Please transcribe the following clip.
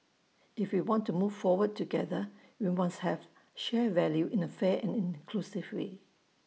if we want to move forward together we must share value in A fair and inclusive way